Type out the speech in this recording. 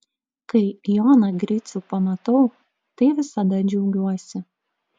kai joną gricių pamatau tai visada džiaugiuosi